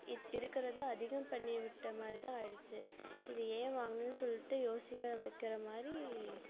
இருக்கிறத அதிகம் பண்ணி விட்ட மாதிரி தான் ஆகிடுச்சு இதை ஏன் வாங்கினன்னு சொல்லிட்டு யோசிக்க வைக்கிர மாதிரி